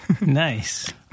Nice